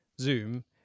Zoom